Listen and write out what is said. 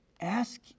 ask